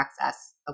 access